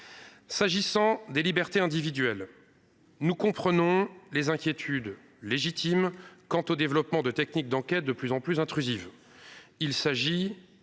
concerne les libertés individuelles, nous comprenons les inquiétudes légitimes que suscite le développement de techniques d'enquête de plus en plus intrusives,